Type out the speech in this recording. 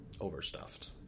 overstuffed